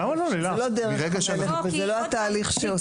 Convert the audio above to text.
זו לא דרך המלך וזה לא התהליך שעושים.